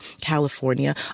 California